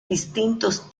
distintos